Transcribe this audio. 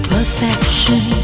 Perfection